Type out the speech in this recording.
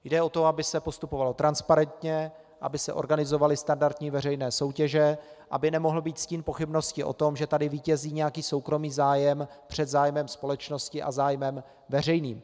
Jde o to, aby se postupovalo transparentně, aby se organizovaly standardní veřejné soutěže, aby nemohl být stín pochybnosti o tom, že tady vítězí nějaký soukromý zájem před zájmem společnosti a zájmem veřejným.